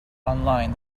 online